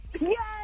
Yes